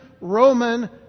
Roman